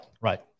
Right